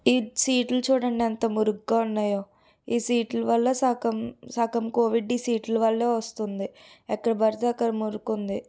ఈ సీట్లు చూడండి ఎంత మురుగ్గా ఉన్నాయో ఈ సీట్లు వల్ల సగం సగం కోవిడ్ ఈ సీట్ల వల్లే వస్తుంది ఎక్కడబడితే అక్కడ మురికుంది